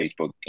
Facebook